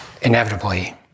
Inevitably